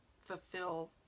fulfill